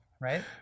Right